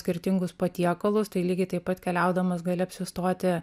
skirtingus patiekalus tai lygiai taip pat keliaudamas gali apsistoti